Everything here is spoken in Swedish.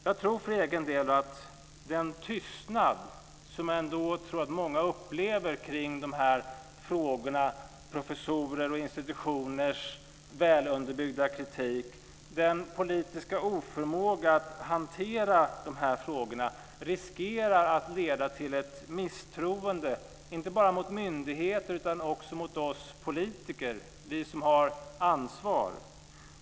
Jag tror för egen del att den tystnad som jag tror att många upplever kring de här frågorna, professorers och institutioners väl underbyggda kritik och den politiska oförmågan att hantera de här frågorna, riskerar att leda till ett misstroende inte bara mot myndigheter utan också mot oss politiker. Det är vi som har ansvar.